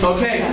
Okay